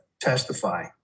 testify